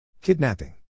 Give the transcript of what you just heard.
Kidnapping